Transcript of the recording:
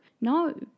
No